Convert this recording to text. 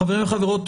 חברים וחברות,